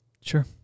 Sure